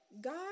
God